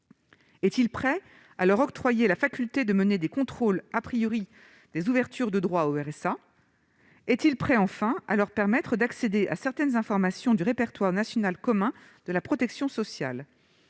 Est-il prêt à leur octroyer la faculté de mener des contrôles des ouvertures de droit au RSA ? Est-il prêt, enfin, à leur permettre d'accéder à certaines informations du répertoire national commun de la protection sociale,